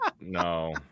no